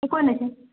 कोइ नहि छै